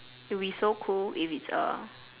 it will be so cool if its A